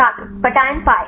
छात्र Cation pi